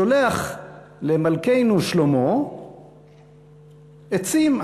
שולח למלכנו שלמה עצים,